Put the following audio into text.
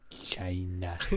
China